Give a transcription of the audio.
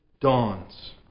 dawns